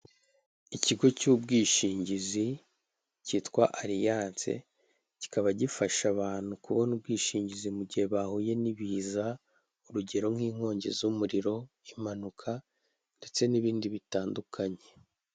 Ikigo cy'ubwishingizi cyitwa ariyanse kikaba gifasha abantu kubona ubwishingizi mu gihe bahuye n'ibiza, urugero nk'inkongi z'umuriro impanuka ndetse n'ibindi bitandukanye.